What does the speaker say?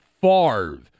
Favre